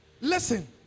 Listen